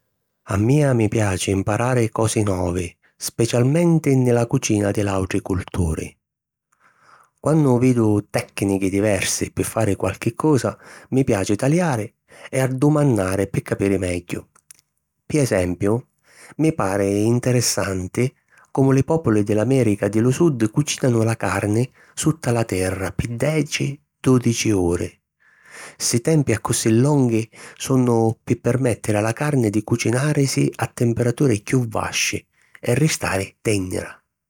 A mia mi piaci mparari cosi novi, specialmenti nni la cucina di l'àutri culturi. Quannu vidu tècnichi diversi pi fari qualchi cosa, mi piaci taliari e addumannari pi capiri megghiu. Pi esempiu mi pari interessanti comu li pòpuli di l’Amèrica di lu Sud cucìnanu la carni sutta la terra pi deci - dùdici uri. Ssi tempi accussì longhi sunnu pi permèttiri a la carni di cucinàrisi a temperaturi chiù vasci e ristari tènnira.